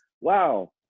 wow